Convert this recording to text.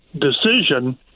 decision